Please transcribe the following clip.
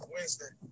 Wednesday